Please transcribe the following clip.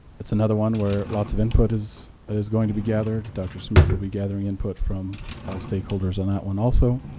it's another one where lots of input is is going to be gathered. dr. smith will be gathering input from all stakeholders on that one also.